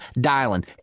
dialing